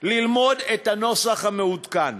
ללמוד את הנוסח המעודכן,